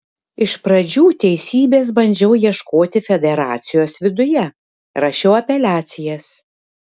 iš pradžių teisybės bandžiau ieškoti federacijos viduje rašiau apeliacijas